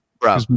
bro